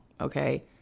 okay